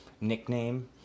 nickname